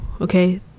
Okay